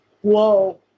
whoa